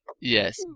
Yes